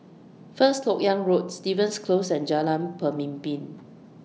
First Lok Yang Road Stevens Close and Jalan Pemimpin